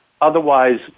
Otherwise